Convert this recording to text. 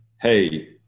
hey